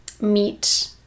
meet